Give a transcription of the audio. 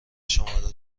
شماره